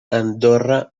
andorra